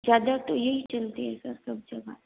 ज़्यादा तो यही चलती है सर सब जगह